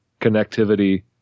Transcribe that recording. connectivity